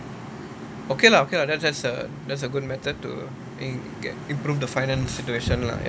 okay lah okay lah that's that's a that's a good method to improve the finance situation lah